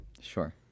Sure